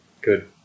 Good